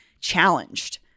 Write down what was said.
challenged